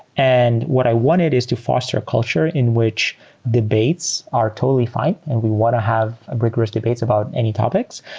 and what i wanted is to foster a culture in which debates are totally fine, and we want to have rigorous debates about any topics.